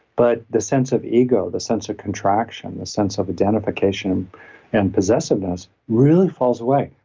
but the sense of ego, the sense of contraction, the sense of identification and possessiveness really falls away.